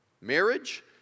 marriage